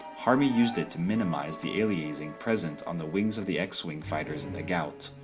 harmy used it to minimize the aliasing present on the wings of the x-wing fighters in the gout.